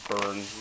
burn